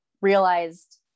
realized